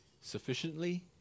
sufficiently